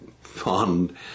fond